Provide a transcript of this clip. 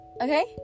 okay